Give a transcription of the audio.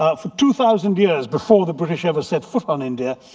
ah for two thousand years before the british ever set foot on india,